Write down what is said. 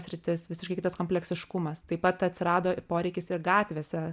sritis visiškai kitas kompleksiškumas taip pat atsirado poreikis ir gatvėse